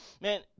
man